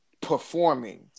performing